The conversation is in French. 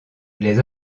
les